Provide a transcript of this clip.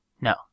No